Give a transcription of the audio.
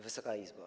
Wysoka Izbo!